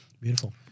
Beautiful